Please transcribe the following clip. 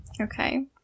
Okay